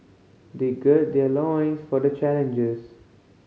they gird their loins for the challenges